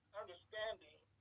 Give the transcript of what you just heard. understanding